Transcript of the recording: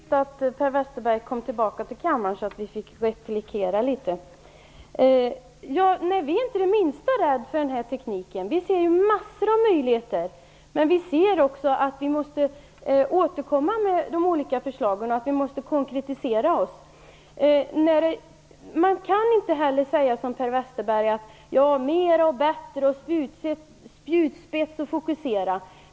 Herr talman! Det var trevligt att Per Westerberg kom tillbaka till kammaren så att vi får replikera litet. Socialdemokraterna är inte det minsta rädda för denna teknik. Vi ser massor av möjligheter. Men vi ser också att vi måste återkomma med de olika förslagen, och att vi måste konkretisera oss. Man kan inte som Per Westerberg tala om "mer, bättre, spjutspets och fokusera".